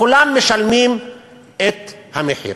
כולם משלמים את המחיר.